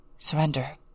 Surrender